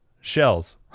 shells